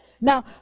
Now